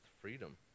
freedom